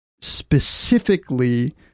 specifically